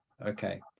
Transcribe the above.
Okay